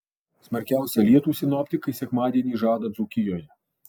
smarkiausią lietų sinoptikai sekmadienį žada dzūkijoje